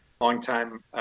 long-time